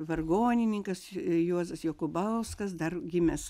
vargonininkas juozas jokubauskas dar gimęs